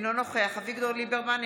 אינו נוכח אביגדור ליברמן,